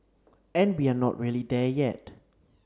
and we're not really there yet